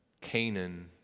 Canaan